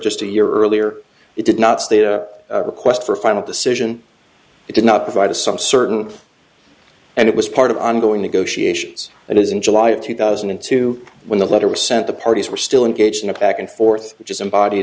just a year earlier it did not state a request for a final decision it did not provide to some certain and it was part of ongoing negotiations it is in july of two thousand and two when the letter was sent the parties were still engaged in a back and forth which is